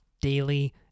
daily